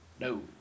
No